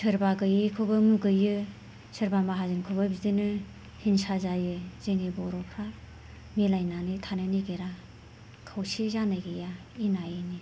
सोरबा गैयैखौबो मुगैयो सोरबा माहाजोनखौबो बिदिनो हिन्सा जायो जोंनि बर'फ्रा मिलायनानै थानो नागिरा खौसे जानाय गैया इना इनि